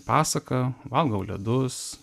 pasaka valgau ledus